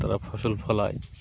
তারা ফসল ফলায়